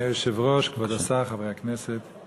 אדוני היושב-ראש, כבוד השר, חברי הכנסת,